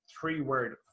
three-word